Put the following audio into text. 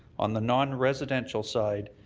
on the non-residential side,